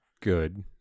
good